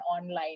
online